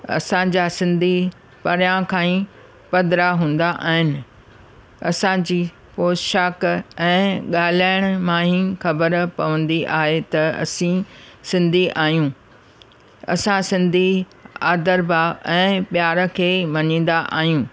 असांजा सिंधी परियां खां ई पधिरा हूंदा आहिनि असांजी पोशाक ऐं ॻाल्हाइणु मां ई ख़बर पवंदी आहे त असीं सिंधी आहियूं असां सिंधी आदर भाव ऐं प्यार खे मनींदा आहियूं